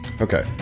Okay